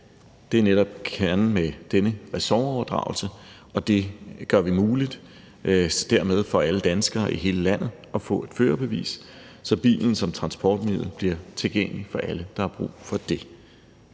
Det er netop kernen i denne ressortoverdragelse, og det gør vi muligt. Dermed kan alle danskere i hele landet få et førerbevis, så bilen som transportmiddel bliver tilgængelig for alle, der har brug for det.